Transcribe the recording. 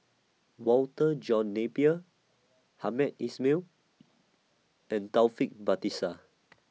Walter John Napier Hamed Ismail and Taufik Batisah